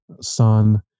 son